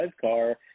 car